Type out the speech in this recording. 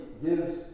gives